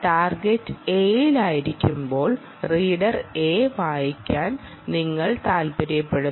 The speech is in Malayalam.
ടാർഗെറ്റ് Aയിലായിരിക്കുമ്പോൾ റീഡർ A വായിക്കാൻ നിങ്ങൾ താൽപ്പര്യപ്പെടുന്നു